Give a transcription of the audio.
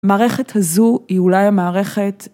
מערכת הזו היא אולי המערכת